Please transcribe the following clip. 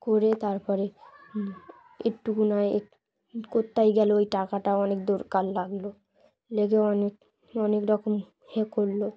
করে তারপরে একটুকুু নয় কোথাও গেলে ওই টাকাটা অনেক দরকার লাগলো লেগেও অনেক অনেক রকম হ করলো